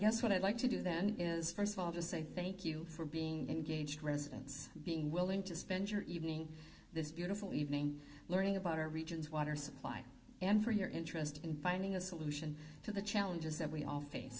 guess what i'd like to do then is first of all to say thank you for being engaged residence and being willing to spend your evening this beautiful evening learning about our region's water supply and for your interest in finding a solution to the challenges that we all